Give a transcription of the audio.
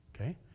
Okay